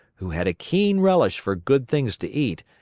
who had a keen relish for good things to eat,